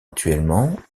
actuellement